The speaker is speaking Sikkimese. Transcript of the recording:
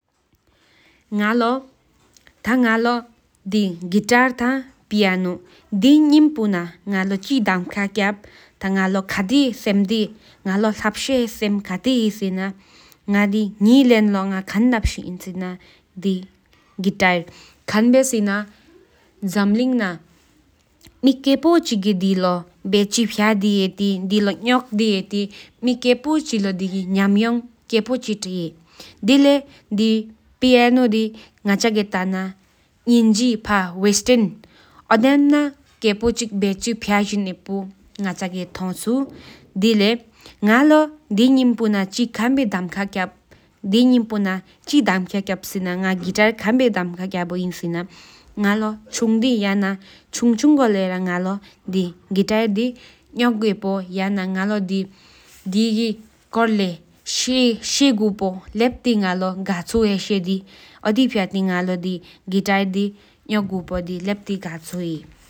ང་ལོ་གྱི་གདོང་དེ་སྒྲ་ཤུབས་དེ་ཚད་མཐའ་ཕྱོགས་ཀྱི་བཙོན་བོ་ན་ཆུད་དམད། ངི་ལན་ལོ་ང་གྱི་གདོང་ལེབ་ཞེ་སེམས་དི་ཨུ་ཀྱི་སྒོ། ཁ་བསེ་ནཱ་དང་བཞི་ལེབ་མེ་ལེགས་ཕོ་ཅི་གི་དེ་ལོ་བེ་ཅི་ཕྱི་ལེབ་མེ་གཅི་ལོ་ས་པཱ་བླུ་ཀྱི་ཀ། དེ་ཆུ་བྱུག་ཀྱི་སྒོ་ལས་དང་གདོང་དེ་སྒྲ་ཤུབས་དེ་སྟར་འོད་མེ་གསེ་དེ་ཆུ་དེ་ང་ལོ་གདོང་དི་རེ་རྐང་གྱི་གླེ་རེ་གདོང་དེ་དགྲ་ཤེས་ཀྱི་ས་མེ་ལེ།